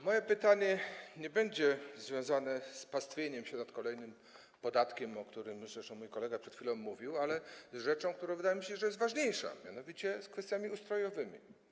Moje pytanie nie będzie związane z pastwieniem się nad kolejnym podatkiem, o którym zresztą mój kolega przed chwilą mówił, ale z rzeczą, która wydaje mi się ważniejsza, mianowicie z kwestiami ustrojowymi.